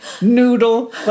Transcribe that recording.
Noodle